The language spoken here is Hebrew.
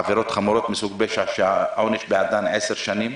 עבירות חמורות מסוג פשע שהעונש בעדן 10 שנים,